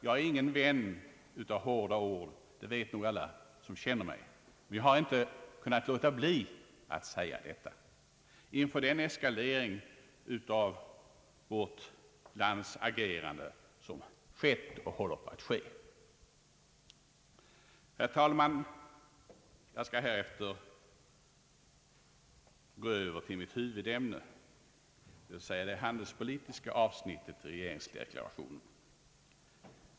Jag är ingen vän av hårda ord — det vet nog alla som känner mig — men jag kan inte underlåta att säga detta inför den eskalering av vårt lands agerande som skett och håller på att ske. Herr talman! Jag skall härefter gå över till mitt huvudämne, d.v.s. det handelspolitiska avsnittet i regeringsdeklarationen.